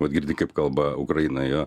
vat girdi kaip kalba ukrainoj jo